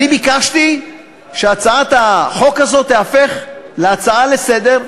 אני ביקשתי שהצעת החוק הזאת תיהפך להצעה לסדר-היום,